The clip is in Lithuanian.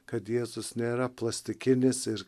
kad jėzus nėra plastikinis ir